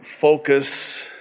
focus